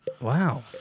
Wow